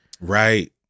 right